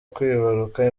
kwibaruka